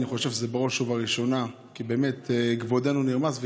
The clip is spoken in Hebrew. אני חושב שזה בראש ובראשונה כי באמת כבודנו נרמס,